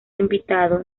invitado